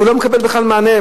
הוא לא מקבל בכלל מענה,